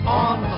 on